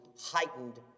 heightened